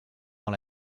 dans